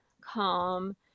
calm